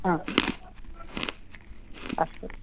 अस्तु